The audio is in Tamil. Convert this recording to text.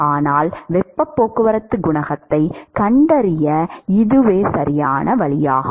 ஆனால் வெப்பப் போக்குவரத்துக் குணகத்தைக் கண்டறிய இதுவே சரியான வழியாகும்